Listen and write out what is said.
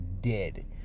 dead